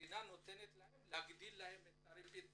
המדינה נותנת להם להגדיל את הריבית במיוחד,